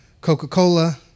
Coca-Cola